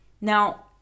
Now